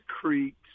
creeks